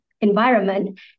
environment